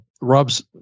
Rob's